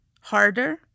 harder